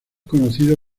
conocido